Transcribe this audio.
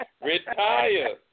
retire